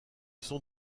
sont